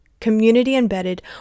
community-embedded